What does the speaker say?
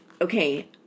okay